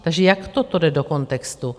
Takže jak toto jde do kontextu?